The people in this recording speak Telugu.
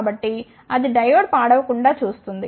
కాబట్టి అది డయోడ్ పాడవకుండా చూస్తుంది